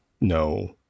No